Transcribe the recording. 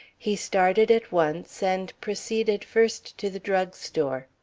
he started at once, and proceeded first to the drug store.